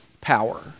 power